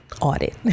audit